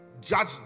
Judge